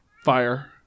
fire